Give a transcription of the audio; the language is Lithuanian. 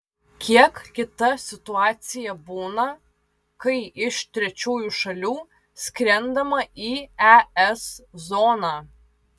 kiek kita situacija būna kai iš trečiųjų šalių skrendama į es zoną